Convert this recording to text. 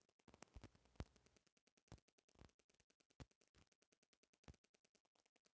ए प्रणाली से खेती कइला पर एक साथ कईगो काम हो जाला